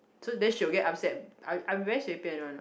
so then she will get upset I I very 随便：shui bian one what